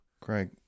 Craig